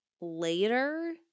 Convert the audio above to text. later